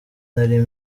nari